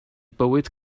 bywyd